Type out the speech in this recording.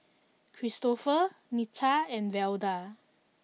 Kristofer Nita and Velda